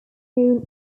hewn